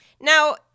Now